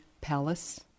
Palace